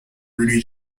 rudy